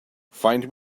find